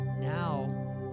now